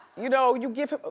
you know, you give.